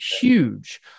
huge